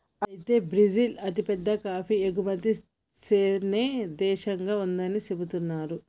అయితే బ్రిజిల్ అతిపెద్ద కాఫీ ఎగుమతి సేనే దేశంగా ఉందని సెబుతున్నారు